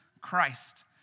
Christ